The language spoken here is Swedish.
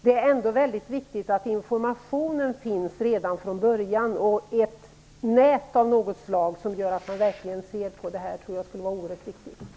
Det är ändå mycket viktigt att informationen finns redan från början. Det skulle vara oerhört viktigt med ett slags nät som innebär att man ser närmare på sådana här problem.